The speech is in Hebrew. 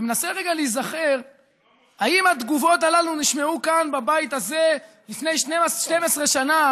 ומנסה רגע להיזכר אם התגובות הללו נשמעו כאן בבית הזה לפני 12 שנה,